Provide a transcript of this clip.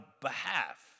behalf